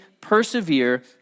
persevere